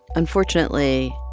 unfortunately,